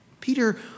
Peter